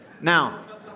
Now